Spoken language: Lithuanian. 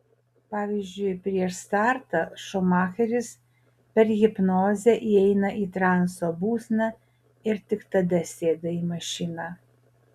pavyzdžiui prieš startą šumacheris per hipnozę įeina į transo būseną ir tik tada sėda į mašiną